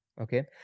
Okay